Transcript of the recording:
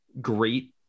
great